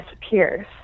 disappears